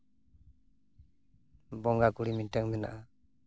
ᱵᱚᱸᱜᱟ ᱠᱩᱲᱤ ᱢᱤᱫᱴᱮᱝ ᱢᱮᱱᱟᱜᱼᱟ